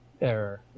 Error